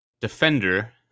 defender